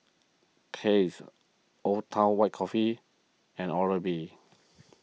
Kiehl's Old Town White Coffee and Oral B